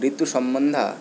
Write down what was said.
ऋतुसम्बन्ध